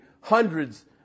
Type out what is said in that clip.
hundreds